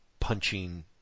Punching